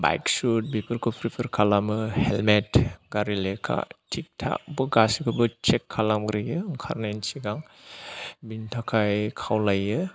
bike सुट बेफोरखौ प्रिफार खालामो हेलमेट गारि लेखा थिक थाक गासैखौबो चेक खालामग्रोयो ओंखारनायनि सिगां बिनि थाखाय खावलायो